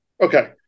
Okay